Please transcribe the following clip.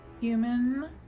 human